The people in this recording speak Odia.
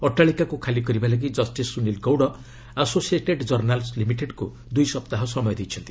ଅଟ୍ଟାଳିକାକୁ ଖାଲି କରିବା ଲାଗି କଷ୍ଟିସ୍ ସୁନୀଲ ଗୌଡ଼ ଆସୋସିଏଟେଡ୍ କର୍ଷାଲ୍ୱ ଲିମିଟେଡ୍କୁ ଦୁଇ ସପ୍ତାହ ସମୟ ଦେଇଛନ୍ତି